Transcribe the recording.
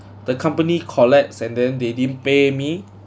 the company collapse and then they didn't pay me